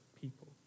people